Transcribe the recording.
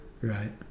Right